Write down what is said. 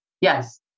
Yes